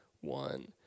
one